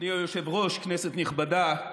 אדוני היושב-ראש, כנסת נכבדה,